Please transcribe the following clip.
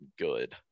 good